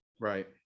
right